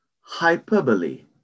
Hyperbole